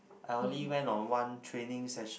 I only went on one training section